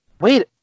Wait